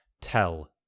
tell